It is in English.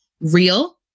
real